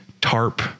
tarp